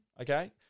okay